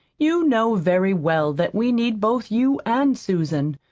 you know very well that we need both you and susan.